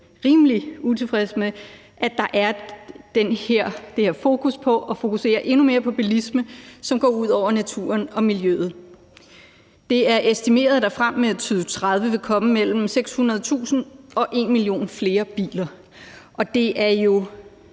rimelig utilfredse med, at der er det her fokus på endnu mere bilisme, som går ud over naturen og miljøet. Det er estimeret, at der frem mod 2030 vil komme mellem 600.000 og 1.000.000 flere biler, og det er jo